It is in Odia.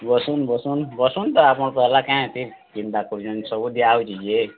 ବସୁନ୍ ବସୁନ୍ ବସୁନ୍ ତ ଆପଣ୍ ପହେଲା କାଏଁ ଏତେ ଚିନ୍ତା କରୁଛନ୍ ଯେ ସବୁ ଦିଆହେଉଛେ ଯେ